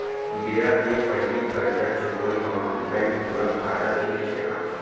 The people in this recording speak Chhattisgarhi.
बेरा के पहिली करजा चुकोय म बैंक तुरंत फायदा भी देथे का?